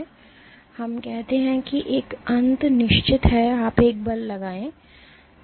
तो हम कहते हैं कि यह अंत निश्चित है और आप एक बल लगाते हैं